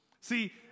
See